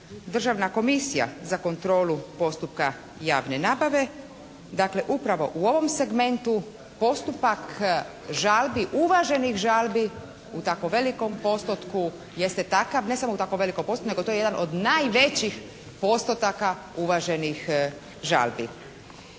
Državna komisija za kontrolu postupka javne nabave dakle, upravo u ovom segmentu postupak žalbi, uvaženih žalbi u tako velikom postotku jeste takav, ne samo u tako velikom postotku, nego je to jedan od najvećih postotaka uvaženih žalbi.